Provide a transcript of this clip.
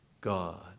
God